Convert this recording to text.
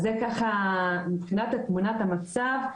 אז זה מבחינת תמונת המצב.